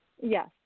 Yes